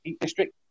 District